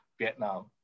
Vietnam